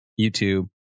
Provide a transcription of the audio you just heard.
YouTube